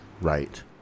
Right